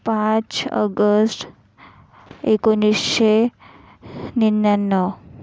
पाच अगश्ट एकोणीसशे निन्न्यानव